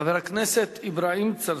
חבר הכנסת אברהים צרצור,